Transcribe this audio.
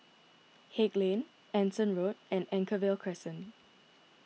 Haig Lane Anson Road and Anchorvale Crescent